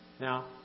Now